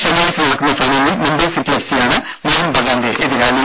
ശനിയാഴ്ച്ച നടക്കുന്ന ഫൈനലിൽ മുംബൈ സിറ്റി എഫ്സിയാണ് മോഹൻബഗാന്റെ എതിരാളി